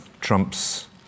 Trump's